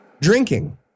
drinking